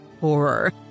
horror